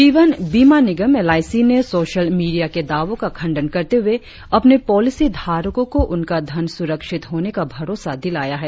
जीवन बीमा निगम एलआईसी ने सोशल मीडिया के दावों का खंडन करते हुए अपने पॉलिसी धारको को उनका धन सुरक्षित होने का भरोसा दिलाया है